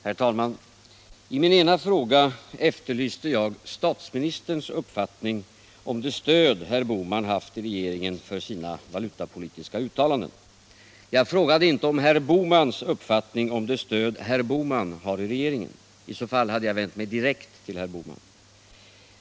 Herr talman! I min ena fråga efterlyste jag statsministerns uppfattning om det stöd herr Bohman haft i regeringen för sina valutapolitiska uttalanden. Jag frågade inte efter herr Bohmans uppfattning om det stöd herr Bohman har i regeringen. I så fall hade jag vänt mig direkt till herr Bohman.